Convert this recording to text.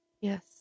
Yes